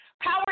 Power &